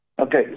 Okay